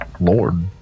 Lord